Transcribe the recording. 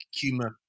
humor